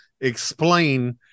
explain